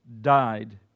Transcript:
died